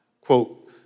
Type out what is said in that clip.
quote